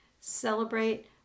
Celebrate